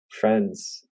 friends